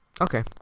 Okay